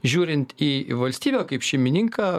žiūrint į valstybę kaip šeimininką